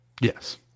Yes